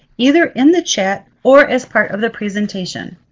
either in the chat or as part of the presentation.